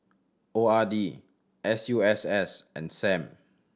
O R D S U S S and Sam